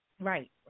right